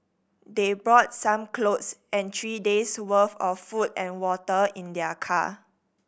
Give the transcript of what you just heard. they brought some clothes and three days worth of food and water in their car